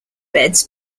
beds